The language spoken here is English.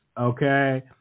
okay